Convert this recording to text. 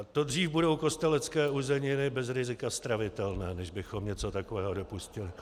To dřív budou kostelecké uzeniny bez rizika stravitelné, než bychom něco takového dopustili.